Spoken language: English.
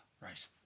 Right